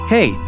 Hey